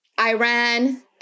Iran